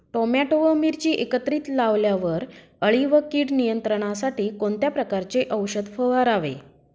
Tomato व मिरची एकत्रित लावल्यावर अळी व कीड नियंत्रणासाठी कोणत्या प्रकारचे औषध फवारावे?